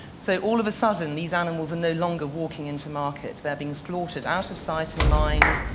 so all of a sudden, these animals are no longer walking into market. they're being slaughtered out of sight and mind,